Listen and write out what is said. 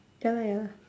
ya lah ya lah